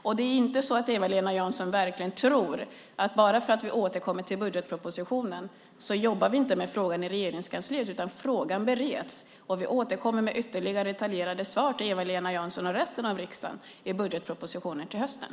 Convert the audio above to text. Eva-Lena Jansson kan väl inte tro att bara för att vi säger att vi ska återkomma i budgetpropositionen så jobbar vi inte med frågan i Regeringskansliet? Frågan bereds. Vi återkommer med detaljerade svar till Eva-Lena Jansson och resten av riksdagen i budgetpropositionen till hösten.